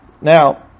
Now